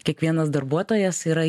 kiekvienas darbuotojas yra